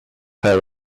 her